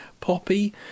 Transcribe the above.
poppy